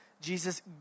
Jesus